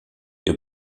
ihr